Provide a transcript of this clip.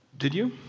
did you.